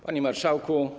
Panie Marszałku!